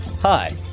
Hi